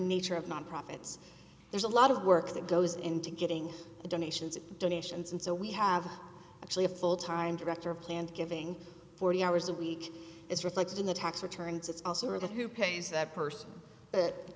nature of non profits there's a lot of work that goes into getting donations donations and so we have actually a full time director of planned giving forty hours a week is reflected in the tax returns it's also worth who pays that person but